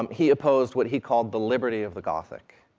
um he opposed what he called the liberty of the gothic.